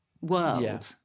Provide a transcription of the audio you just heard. world